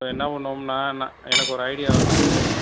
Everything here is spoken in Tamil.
இப்போ என்ன பண்ணுவோம்னா நான் எனக்கு ஒரு ஐடியா வருது